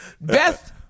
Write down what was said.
Best